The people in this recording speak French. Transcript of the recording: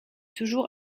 toujours